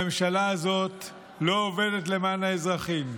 הממשלה הזאת לא עובדת למען האזרחים.